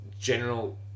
general